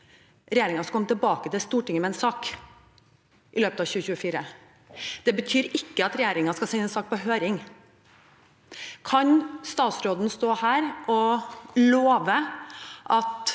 regjeringen skal komme tilbake til Stortinget med en sak i løpet av 2024. Det betyr ikke at regjeringen skal sende saken på høring. Kan statsråden stå her og love at